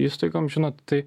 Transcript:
įstaigom žinot tai